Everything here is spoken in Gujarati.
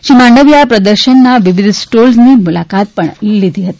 શ્રી માંડવીયાએ આ પ્રદર્શનના વિવિધ સ્ટોલની મુલાકાત પણ લીધી હતી